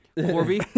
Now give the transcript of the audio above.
Corby